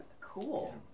Cool